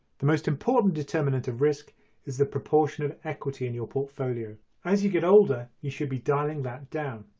the most important determinant of risk is the proportion of equity in your portfolio. as you get older you should be dialling that down.